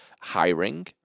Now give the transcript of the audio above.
hiring